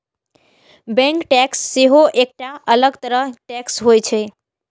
bank tax सेहो एकटा अलग तरह टैक्स होइ छै